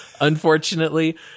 unfortunately